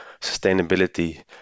sustainability